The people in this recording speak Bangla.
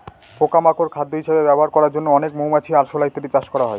পোকা মাকড় খাদ্য হিসেবে ব্যবহার করার জন্য অনেক মৌমাছি, আরশোলা ইত্যাদি চাষ করা হয়